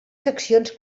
seccions